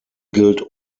gilt